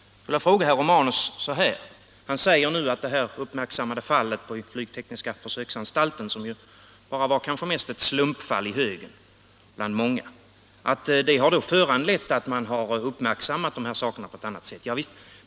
Herr Romanus säger nu att det uppmärksammade fallet på flygtekniska försöksanstalten — som kanske bara var ett slumpfall i högen bland många — har föranlett att man har uppmärksammat de här sakerna på ett annat sätt än tidigare.